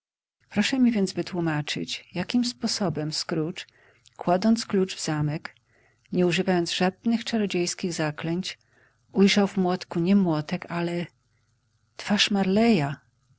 proszę mi więc wytłumaczyć jakim sposobem scrooge kładąc klucz w zamek nie używając żadnych czarodziejskich zaklęć ujrzał w młotku nie młotek ale twarz marley'a